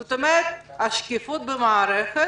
זאת אומרת: שקיפות במערכת.